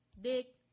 dick